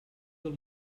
del